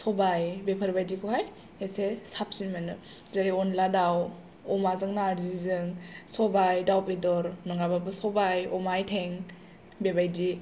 सबाय बेफोरबायदिखौहाय ऐसे साबसिन मोनो जेरै अनला दाव अमाजों नार्जिजों सबाय दाव बेदर नङाबाबो सबाय अमा आथें बेबायदि